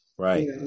Right